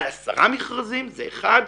על 10 מכרזים, זה אחד.